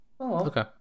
Okay